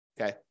Okay